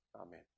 Amen